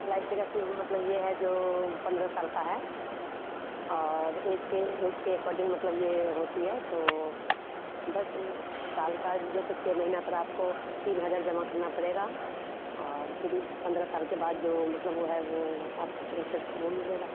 L I C का मतलब यह है जो पंद्रह साल का है और एज के एज के एकॉर्डिंग मतलब यह होती है तो दस साल की जैसे छः महीने पर आपको तीन हज़ार जमा करना पड़ेगा और फिर पंद्रह साल के बाद जो मतलब वह है वह आपको प्रोसेस वह मिलेगा